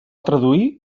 traduir